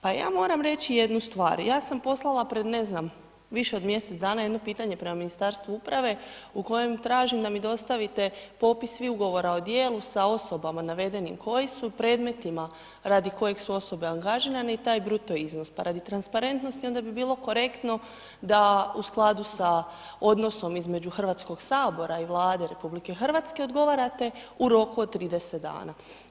Pa ja moram reći jednu stvar, ja sam poslala pred ne znam, više od mjesec dana jedno pitanje prema Ministarstvu uprave u kojem tražim da dostavite popis svih ugovora o djelu sa osobama navedenim koje su u predmetima radi kojih su osobe angažirani i taj bruto iznos pa radi transparentnosti onda bi bilo korektno da u skladu sa odnosom između Hrvatskog sabora i Vlade RH odgovarate u roku od 30 dana.